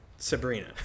Sabrina